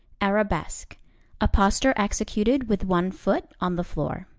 arabesque a posture executed with one foot on the floor.